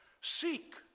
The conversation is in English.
Seek